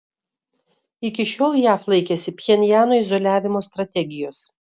iki šiol jav laikėsi pchenjano izoliavimo strategijos